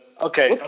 okay